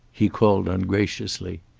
he called ungraciously.